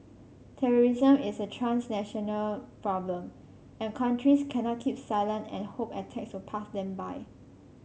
terrorism is a transnational problem and countries cannot keep silent and hope attacks will pass them by